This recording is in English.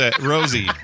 rosie